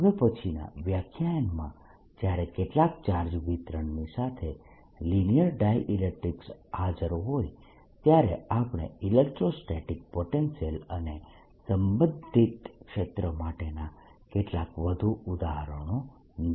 હવે પછીનાં વ્યાખ્યાનમાં જ્યારે કેટલાક ચાર્જ વિતરણની સાથે લિનીયર ડાયઈલેક્ટ્રીકસ હાજર હોય ત્યારે આપણે ઇલેક્ટ્રોસ્ટેટિક પોટેન્શીયલ અને સંબંધિત ક્ષેત્ર માટેના કેટલાક વધુ ઉદાહરણો જોઈશું